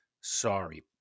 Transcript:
sorry